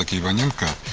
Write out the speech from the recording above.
like ivanenko,